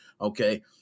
Okay